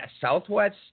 southwest